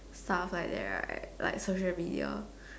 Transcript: stuff like that right like social media